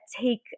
take